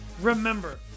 remember